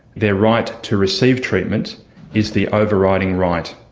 their right to receive treatment is the overriding right,